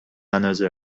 another